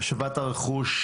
השבת הרכוש,